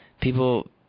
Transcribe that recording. people